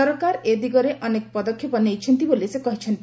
ସରକାର ଏ ଦିଗରେ ଅନେକ ପଦକ୍ଷେପ ନେଇଛନ୍ତି ବୋଲି ସେ କହିଛନ୍ତି